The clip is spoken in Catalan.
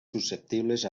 susceptibles